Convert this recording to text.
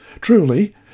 Truly